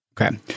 Okay